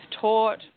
taught